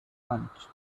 lunch